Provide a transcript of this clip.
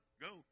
Go